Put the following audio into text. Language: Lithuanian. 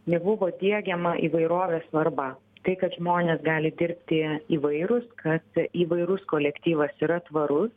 nebuvo diegiama įvairovės svarba tai kad žmonės gali dirbti įvairūs kad įvairus kolektyvas yra tvarus